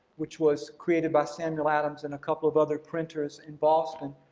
which was created by samuel adams and a couple of other printers in boston.